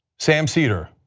sam seder,